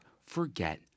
forget